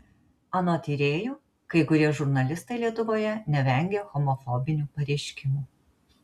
anot tyrėjų kai kurie žurnalistai lietuvoje nevengia homofobinių pareiškimų